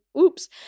oops